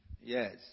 Yes